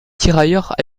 tirailleurs